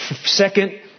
Second